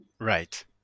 right